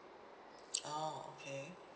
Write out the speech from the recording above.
oh okay